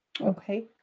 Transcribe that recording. Okay